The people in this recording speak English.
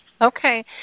Okay